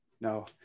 No